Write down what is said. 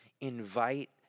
Invite